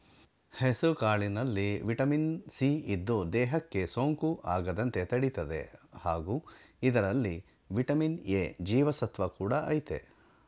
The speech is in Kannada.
ಹೆಸುಕಾಳಿನಲ್ಲಿ ವಿಟಮಿನ್ ಸಿ ಇದ್ದು, ದೇಹಕ್ಕೆ ಸೋಂಕು ಆಗದಂತೆ ತಡಿತದೆ ಹಾಗೂ ಇದರಲ್ಲಿ ವಿಟಮಿನ್ ಎ ಜೀವಸತ್ವ ಕೂಡ ಆಯ್ತೆ